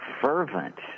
fervent